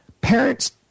Parents